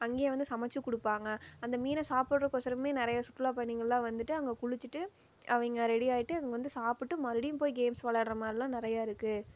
அங்கேயே வந்து சமைத்தும் கொடுப்பாங்க அந்த மீனை சாப்பிடுறக்கு ஓசரமே நிறைய சுற்றுலா பயணிங்களெலாம் வந்துட்டு அங்கே குளிச்சுட்டு அவங்க ரெடியாகிட்டு அங்கே வந்து சாப்பிட்டு மறுபடியும் போய் கேம்ஸ் விளாடுற மாதிரிலாம் நிறையா இருக்குது